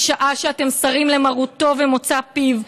משעה שאתם סרים למרותו ולמוצא פיו,